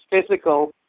physical